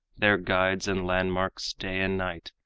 their guides and landmarks day and night,